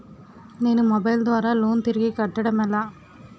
నేను మొబైల్ ద్వారా లోన్ తిరిగి కట్టడం ఎలా?